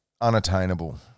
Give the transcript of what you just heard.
unattainable